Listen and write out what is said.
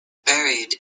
buried